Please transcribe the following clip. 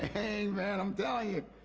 hang, man, i'm telling you.